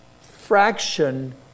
fraction